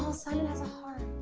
simon has a heart.